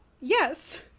Yes